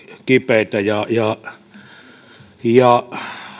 kipeitä ja